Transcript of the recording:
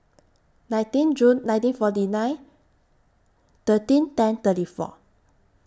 nineteen June nineteen forty nine thirteen ten thirty four